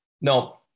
No